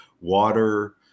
water